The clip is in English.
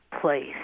place